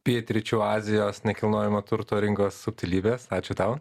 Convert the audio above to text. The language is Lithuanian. pietryčių azijos nekilnojamo turto rinkos subtilybes ačiū tau